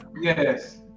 Yes